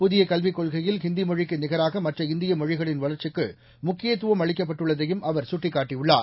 புதிய கல்விக் கொள்கையில் ஹிந்தி மொழிக்கு நிகராக மற்ற இந்திய மொழிகளின் வளர்ச்சிக்கு முக்கியத்துவம் அளிக்கப்பட்டுள்ளதையும் அவர் சுட்டிக்காட்டியுள்ளார்